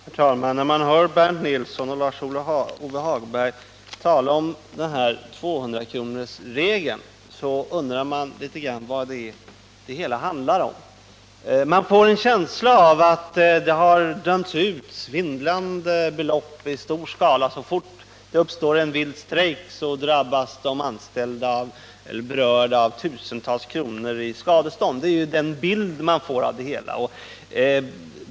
Herr talman! När man hör Bernt Nilsson och Lars-Ove Hagberg tala om 200-kronorsregeln undrar man vad det hela handlar om. Man får en känsla av att det har dömts ut svindlande belopp i stor skala. Så fort det uppstår en vild strejk så får de berörda betala tusentals kronor i skadestånd. Det är den bild man får.